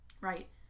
Right